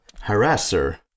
harasser